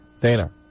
Dana